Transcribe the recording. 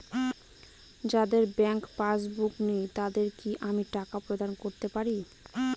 যাদের bank passbook নেই তাদের কি আমি টাকা প্রদান করতে পারি?